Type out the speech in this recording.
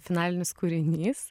finalinis kūrinys